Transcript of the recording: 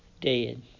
dead